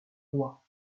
roi